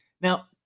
Now